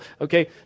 Okay